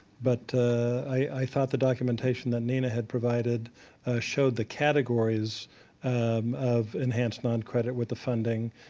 but i thought the documentation that nina had provided showed the categories of enhanced noncredit with the funding.